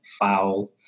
foul